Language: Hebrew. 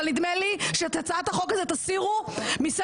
אבל נדמה לי שאת הצעת החוק הזאת תסירו מסדר-היום,